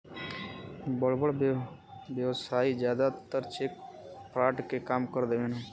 बड़ बड़ व्यवसायी जादातर चेक फ्रॉड के काम कर देवेने